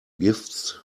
gifts